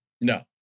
No